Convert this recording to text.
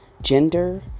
gender